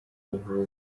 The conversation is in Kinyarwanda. buvuzi